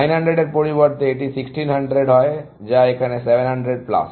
900 এর পরিবর্তে এটি 1600 হয় যা এখানে 700 প্লাস